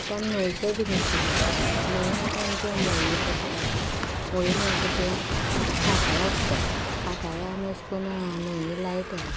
आतां आमी न्हंयचेंय बी नुस्तें खातात न्हंयेंत आतां आमच्यो मोळयो पडटात मोळयो म्हळ्यार कशें आमचें काटाळें आसतात काटाळें आमी अशें करून न्हंयेक लायतात